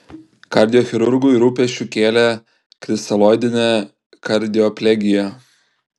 kardiochirurgui rūpesčių kėlė kristaloidinė kardioplegija